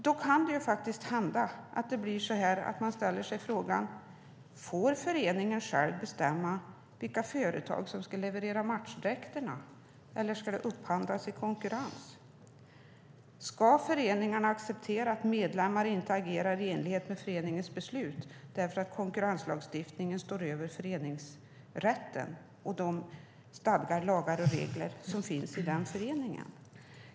Då kan det hända att man ställer sig frågan: Får föreningen själv bestämma vilket företag som ska leverera matchdräkterna, eller ska de upphandlas i konkurrens? Ska föreningarna acceptera att medlemmar inte agerar i enlighet med föreningens beslut därför att konkurrenslagstiftningen står över föreningsrätten och de stadgar och regler som finns i en förening?